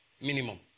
minimum